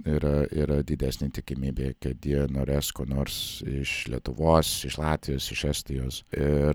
yra yra didesnė tikimybė kad jie norės ko nors iš lietuvos iš latvijos iš estijos ir